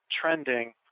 trending